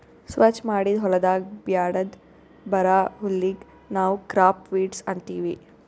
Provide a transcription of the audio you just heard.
ಸ್ವಚ್ ಮಾಡಿದ್ ಹೊಲದಾಗ್ ಬ್ಯಾಡದ್ ಬರಾ ಹುಲ್ಲಿಗ್ ನಾವ್ ಕ್ರಾಪ್ ವೀಡ್ಸ್ ಅಂತೀವಿ